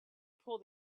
pull